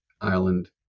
island